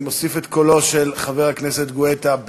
אני מוסיף את קולו של חבר הכנסת גואטה,